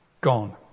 Gone